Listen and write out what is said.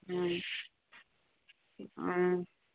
ꯎꯝ ꯎꯝ